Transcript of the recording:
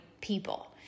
people